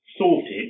sorted